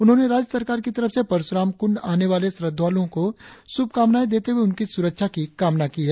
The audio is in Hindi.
उन्होंने राज्य सरकार की तरफ से परशुराम कुंड आने वाले श्रद्धालुओ को शुभ कामनाए देते हुए उनकी सुरक्षा की कामना की है